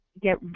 get